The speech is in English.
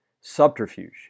Subterfuge